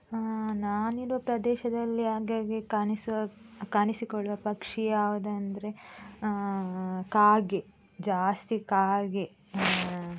ನಾನಿರುವ ಪ್ರದೇಶದಲ್ಲಿ ಆಗಾಗ ಕಾಣಿಸುವ ಕಾಣಿಸಿಕೊಳ್ಳುವ ಪಕ್ಷಿ ಯಾವುದಂದ್ರೆ ಕಾಗೆ ಜಾಸ್ತಿ ಕಾಗೆ